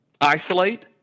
isolate